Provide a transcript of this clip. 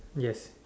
yes